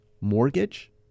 mortgage